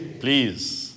Please